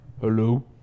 Hello